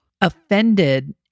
offended